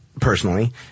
personally